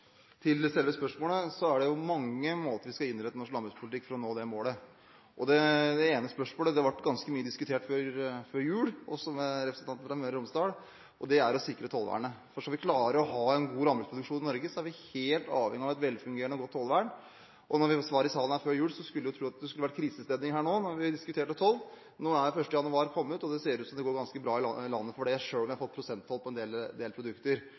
Til selve spørsmålet: Det er mange måter å innrette norsk landbrukspolitikk på for å nå det målet. Ett spørsmål ble ganske mye diskutert før jul – også med representanten fra Møre og Romsdal – og det er å sikre tollvernet. Skal vi klare å ha en god landbruksproduksjon i Norge, er vi helt avhengige av et velfungerende og godt tollvern. Da vi var her i salen før jul og diskuterte toll, trodde en det skulle være krisestemning her nå, men nå er 1. januar kommet, og det ser ut som om det går ganske bra i landet likevel, selv om en del produkter har